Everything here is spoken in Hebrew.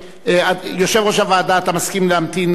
יושב-ראש הוועדה, אתה מסכים להמתין?